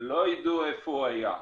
לא ידעו איפה הוא היה,